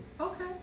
Okay